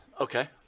Okay